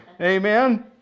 Amen